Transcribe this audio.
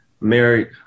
Married